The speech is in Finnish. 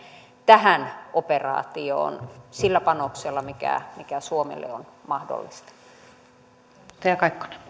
tähän operaatioon sillä panoksella mikä mikä suomelle on mahdollista